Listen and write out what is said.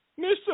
Mr